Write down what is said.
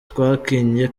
twakinnye